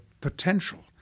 potential